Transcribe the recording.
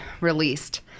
released